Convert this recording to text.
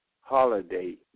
holiday